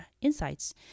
insights